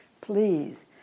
please